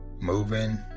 moving